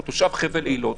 או תושב חבל אילות,